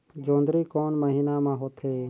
जोंदरी कोन महीना म होथे?